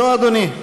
לא, אדוני.